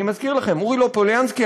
אני מזכיר לכם: אורי לופוליאנסקי,